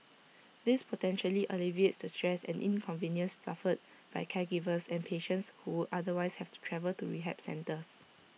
this potentially alleviates stress and inconvenience suffered by caregivers and patients who would otherwise have to travel to rehab centres